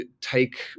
take